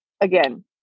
again